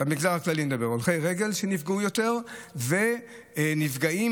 שנפגעו יותר ונפגעים